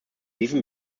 diesen